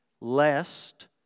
lest